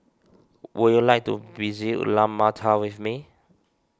would you like to visit Ulaanbaatar with me